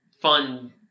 fun